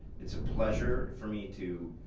it's a pleasure for me to